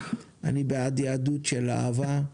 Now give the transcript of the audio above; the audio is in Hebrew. אני בעד יהדות של אהבה,